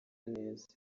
neza